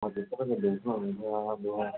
हजुर तपाईँको भेजमा हुन्छ अब